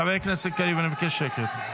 חבר הכנסת קריב, אני מבקש שקט.